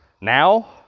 now